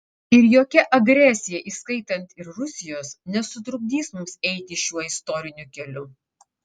ir jokia agresija įskaitant ir rusijos nesutrukdys mums eiti šiuo istoriniu keliu